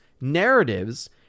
narratives